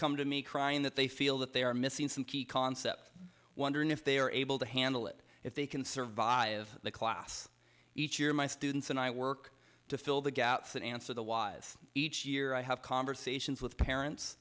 come to me crying that they feel that they are missing some key concept wondering if they are able to handle it if they can survive the class each year my students and i work to fill the gaps and answer the why's each year i have conversations with parents